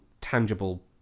tangible